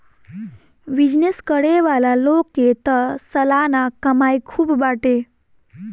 business करे वाला लोग के तअ सलाना कमाई खूब बाटे